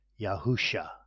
Yahusha